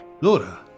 Laura